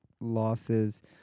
losses